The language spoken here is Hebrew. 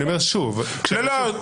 אני אומר שוב --- שנייה.